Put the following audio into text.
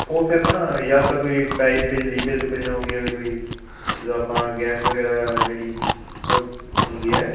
ਉਹ ਫੇਰ ਨਾ ਜਾਂ ਤਾਂ ਕੋਈ ਪਾਈਪ 'ਚ ਲੀਕੇਜ ਲੂਕੇਜ ਨਾ ਹੋ ਗਈ ਹੋਵੇ ਕੋਈ ਜਦੋਂ ਆਪਾਂ ਗੈਸ ਵਗੈਰਾ ਜਿਹੜੀ ਹੁੰਦੀ ਐ